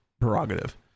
prerogative